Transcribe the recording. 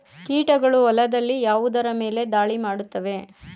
ಕೀಟಗಳು ಹೊಲದಲ್ಲಿ ಯಾವುದರ ಮೇಲೆ ಧಾಳಿ ಮಾಡುತ್ತವೆ?